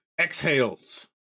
exhales